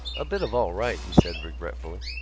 a bit of all right, he said regretfully.